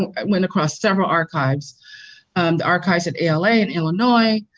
i went across several archives, the archives at ala in illinois,